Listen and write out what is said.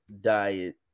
diet